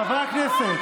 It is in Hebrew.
חברי הכנסת.